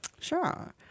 Sure